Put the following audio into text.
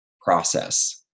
process